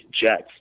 jets